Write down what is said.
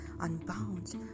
unbound